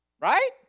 right